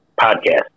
Podcast